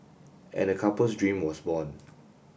and the couple's dream was born